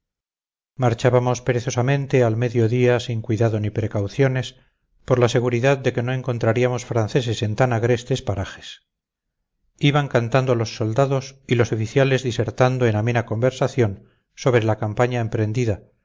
marchábamos perezosamente al medio día sin cuidado ni precauciones por la seguridad de que no encontraríamos franceses en tan agrestes parajes iban cantando los soldados y los oficiales disertando en amena conversación sobre la campaña emprendida